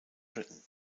britain